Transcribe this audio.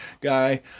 guy